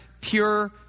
pure